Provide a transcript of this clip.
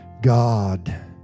God